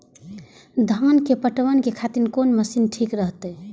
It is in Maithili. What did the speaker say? धान के पटवन के खातिर कोन मशीन ठीक रहते?